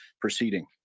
proceeding